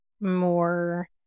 more